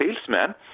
salesman